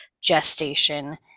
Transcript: gestation